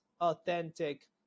authentic